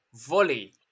Volley